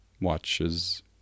watches